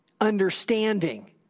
understanding